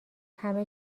همه